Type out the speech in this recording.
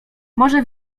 morze